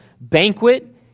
banquet